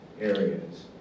areas